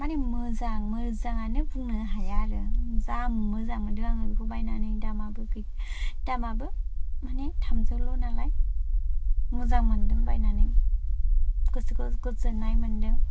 माने मोजां मोजांआनो बुंनो हाया आरो जा मोनदों आङो बेखौ बायनानै दामाबो गैया दामाबो माने थामजौल' नालाय मोजां मोनदों बायनानै गोसोखौ गोजोननाय मोनदों